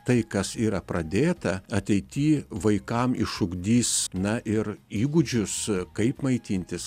tai kas yra pradėta ateity vaikam išugdys na ir įgūdžius kaip maitintis